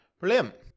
Brilliant